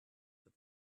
with